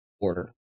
order